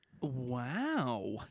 Wow